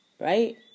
right